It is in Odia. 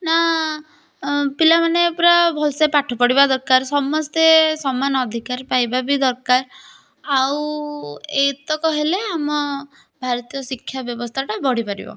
ନା ପିଲାମାନେ ପୁରା ଭଲସେ ପାଠ ପଢ଼ିବା ଦରକାର ସମସ୍ତେ ସମାନ ଅଧିକାର ପାଇବା ବି ଦରକାର ଆଉ ଏତକ ହେଲେ ଆମ ଭାରତୀୟ ଶିକ୍ଷା ବ୍ୟବସ୍ଥାଟା ବଢ଼ିପାରିବ